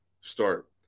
start